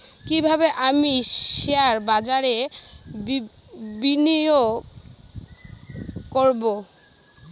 কিভাবে আমি শেয়ারবাজারে বিনিয়োগ করবে?